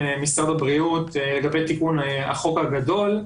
משרד הבריאות לגבי תיקון החוק הגדול,